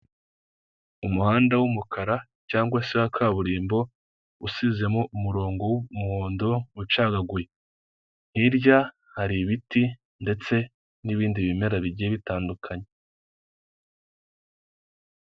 Umuhanda w'umukara cyangwa se wa kaburimbo usizemo umurongo w'umuhondo ucagaguye, hirya hari ibiti ndetse n'ibindi bimera bigiye bitandukanye.